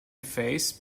phase